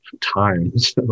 times